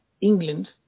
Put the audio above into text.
England